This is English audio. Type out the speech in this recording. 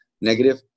negative